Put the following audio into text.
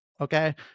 Okay